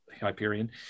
hyperion